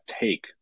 take